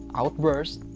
outburst